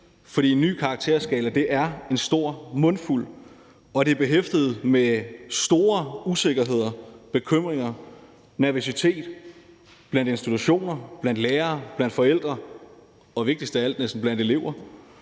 For en ny karakterskala er en stor mundfuld, og det er behæftet med store usikkerheder, bekymringer og nervøsitet blandt institutioner, blandt lærere, blandt forældre og, næsten vigtigst af alt, blandt elever,